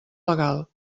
legal